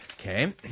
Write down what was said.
Okay